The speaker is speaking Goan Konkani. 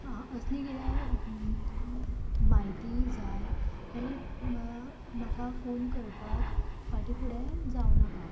आं असली कितें म्हायती जाय जाल्यार म्हाका फोन करपाक फाटी फुडें जावं नाका